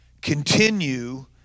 continue